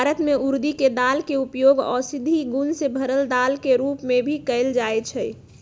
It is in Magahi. भारत में उर्दी के दाल के उपयोग औषधि गुण से भरल दाल के रूप में भी कएल जाई छई